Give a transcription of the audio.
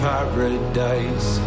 Paradise